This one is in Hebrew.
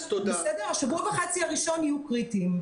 השבוע וחצי הראשון יהיו קריטיים.